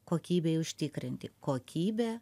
kokybei užtikrinti kokybė